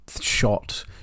shot